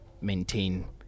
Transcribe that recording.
maintain